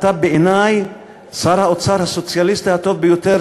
אתה בעיני שר האוצר הסוציאליסט הטוב ביותר